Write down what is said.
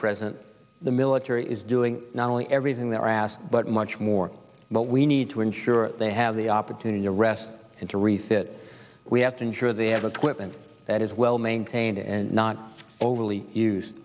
president the military is doing not only everything they're asked but much more what we need to ensure they have the opportunity to rest and to refit we have to ensure they have a clip and that is well maintained and not overly used